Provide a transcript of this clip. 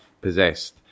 possessed